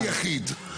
גם הם יחיד.